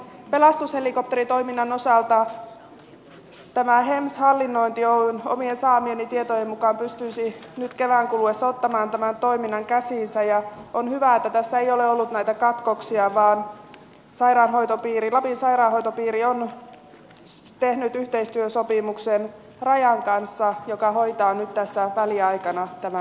pelastushelikopteritoiminnan osalta hems hallinnointi oy omien saamieni tietojen mukaan pystyisi nyt kevään kuluessa ottamaan tämän toiminnan käsiinsä ja on hyvä että tässä ei ole ollut näitä katkoksia vaan lapin sairaanhoitopiiri on tehnyt yhteistyösopimuksen rajan kanssa joka hoitaa nyt väliaikana tämän toiminnan